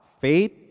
faith